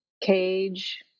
Cage